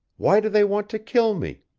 why do they want to kill me?